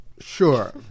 Sure